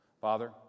Father